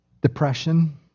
Depression